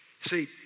See